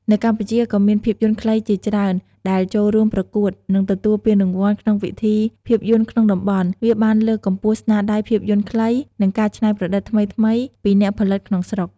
នៅកម្ពុជាក៏មានភាពយន្តខ្លីជាច្រើនដែលចូលរួមប្រកួត និងទទួលពានរង្វាន់ក្នុងពិធីភាពយន្តក្នុងតំបន់ វាបានលើកកម្ពស់ស្នាដៃភាពយន្តខ្លី និងការច្នៃប្រឌិតថ្មីៗពីអ្នកផលិតក្នុងស្រុក។។